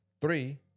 Three